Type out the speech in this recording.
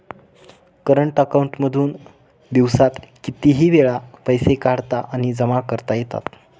current account मधून दिवसात कितीही वेळ पैसे काढता आणि जमा करता येतात